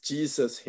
Jesus